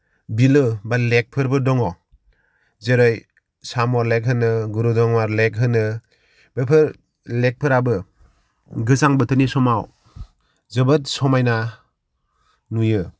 बिलो बा लेकफोरबो दङ जेरै साम' लेक होनो गुरुदङार लेक होनो बेफोर लेकफोराबो गोजां बोथोरनि समाव जोबोद समायना नुयो